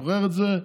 אתה זוכר את זה,